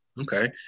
okay